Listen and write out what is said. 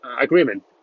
agreement